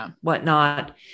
whatnot